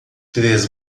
três